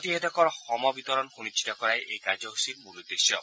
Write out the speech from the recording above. প্ৰতিষেধকৰ সম বিতৰণ সুনিশ্চিত কৰাই এই কাৰ্যসূচীৰ মূল উদ্দেশ্যে